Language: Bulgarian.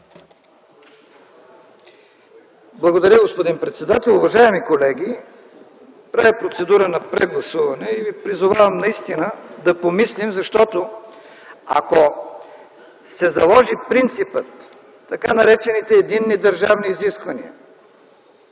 Благодаря, господин председател. Уважаеми колеги, правя процедура на прегласуване. Призовавам ви наистина да помислим, защото ако се заложи принципът така наречените единни държавни изисквания